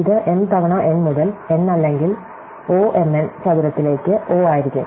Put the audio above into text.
ഇത് m തവണ n മുതൽ n അല്ലെങ്കിൽ O m n ചതുരത്തിലേക്ക് O ആയിരിക്കും